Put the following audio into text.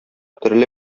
төрле